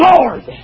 Lord